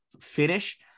finish